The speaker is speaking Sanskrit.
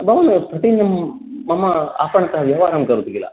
भवान् प्रतिदिनं मम आपणतः व्यवहारं करोति किल